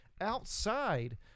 outside